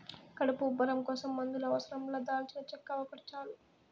కడుపు ఉబ్బరం కోసం మందుల అవసరం లా దాల్చినచెక్క ఒకటి చాలు